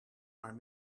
maar